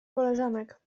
koleżanek